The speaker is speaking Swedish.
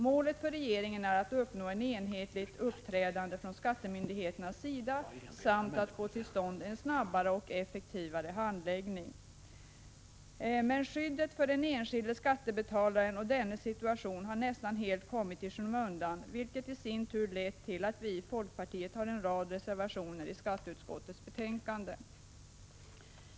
Målet för regeringen är att uppnå ett enhetligt uppträdande från skattemyndigheternas sida samt att få till stånd en snabbare och effektivare handläggning. Men skyddet för den enskilde skattebetalaren och dennes situation har nästan helt kommit i skymundan, vilket i sin tur lett till att vi i folkpartiet har en rad reservationer i skatteutskottets betänkande.